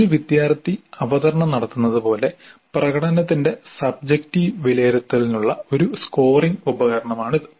ഒരു വിദ്യാർത്ഥി അവതരണം നടത്തുന്നത് പോലെ പ്രകടനത്തിന്റെ സബ്ജെക്ടിവ് വിലയിരുത്തലിനുള്ള ഒരു സ്കോറിംഗ് ഉപകരണമാണിത്